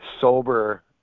sober